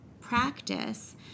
practice